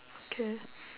okay